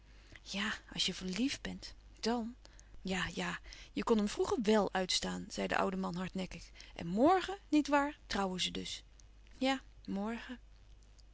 ja als je verliefd bent dan ja ja je kon hem vroeger wèl uitstaan zei de oude man hardnekkig en mrgen niet waar trouwen ze dus ja morgen